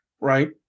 right